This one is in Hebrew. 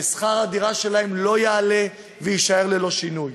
ששכר הדירה שלהם לא יעלה ויישאר ללא שינוי.